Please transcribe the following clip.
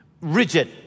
rigid